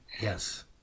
yes